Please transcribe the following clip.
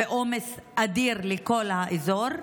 ועומס אדיר לכל האזור.